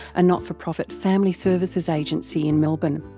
a not for profit family services agency in melbourne.